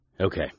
Okay